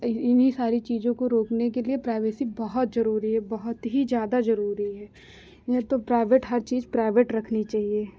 इन्हीं सारी चीज़ों को रोकने के लिए प्राइवेसी बहुत जरूरी है बहुत ही ज़्यादा जरूरी है ये तो प्राइवेट हर चीज प्राइवेट रखनी चाहिए